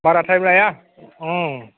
बारा टाइम लाया